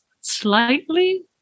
Slightly